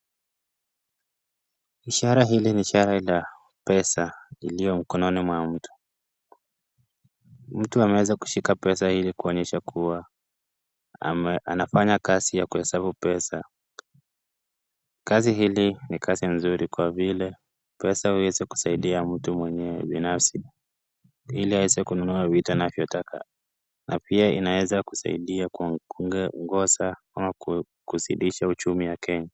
Ishara hili ni ishara la pesa iliyo mkononi mwa mtu, mtu ameweza kushika ili kuonyesha kuwa anafanya kazi ya kuhesabu pesa, kazi hili ni kazi nzuri kwa vile pesa huweza kusaidia mtu mwenyewe binafsi ili aweze kununua vitu anavyotaka na pia inaweza kusaidia kwa kuongoza ama kusidisha uchumi ya Kenya.